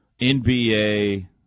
NBA